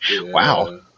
Wow